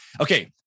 Okay